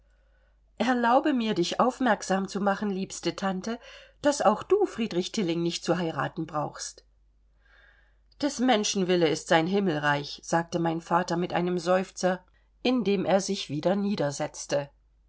erlaube mir dich aufmerksam zu machen liebste tante daß auch du friedrich tilling nicht zu heiraten brauchst des menschen wille ist sein himmelreich sagte mein vater mit einem seufzer indem er sich wieder